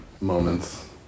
moments